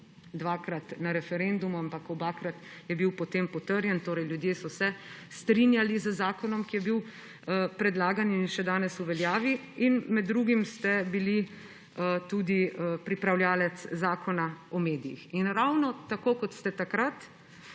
dvakrat na referendumu, ampak obakrat je bil potem potrjen, torej ljudje so se strinjali z zakonom, ki je bil predlagan in je še danes v veljavi. Med drugim ste bili tudi pripravljavec Zakona o medijih in ravno tako, kot se je takrat